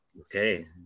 Okay